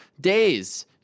days